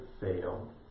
fail